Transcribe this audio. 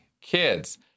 kids